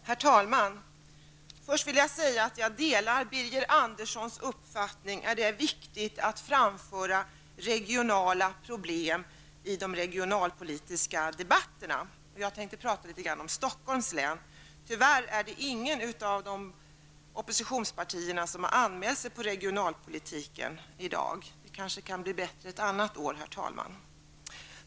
Herr talman! Först vill jag säga att jag delar Birger Anderssons uppfattning att det är viktigt att framföra regionala problem i de regionalpolitiska debatterna. Jag tänkte tala litet grand om Stockholms län. Tyvärr har ingen av oppositionspartiernas ledamöter anmält sig för att tala om regionalpolitiken i dag. Det kan kanske bli bättre ett annat år.